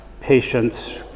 patients